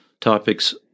topics